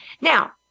Now